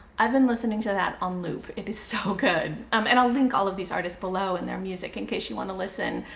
i've been listening to that on loop. it is so good. um and i'll link all of these artists below and their music in case you want to listen.